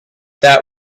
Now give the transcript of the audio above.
that